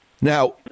Now